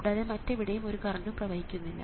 കൂടാതെ മറ്റെവിടെയും ഒരു കറണ്ടും പ്രവഹിക്കുന്നില്ല